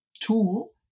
tool